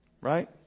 Right